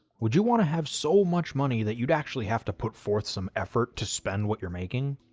would you want to have so much money that you'd actually have to put forth some effort to spend what you're making?